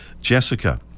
Jessica